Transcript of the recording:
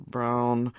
Brown